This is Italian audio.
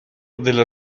della